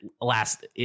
last